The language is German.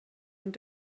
und